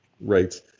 Right